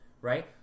Right